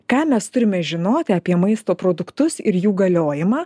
ką mes turime žinoti apie maisto produktus ir jų galiojimą